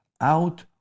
Out